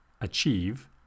Achieve